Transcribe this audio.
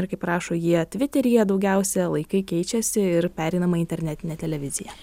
ir kaip rašo jie tviteryje daugiausia laikai keičiasi ir pereinama į internetinę televiziją